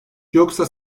yoksa